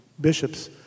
bishops